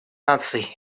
наций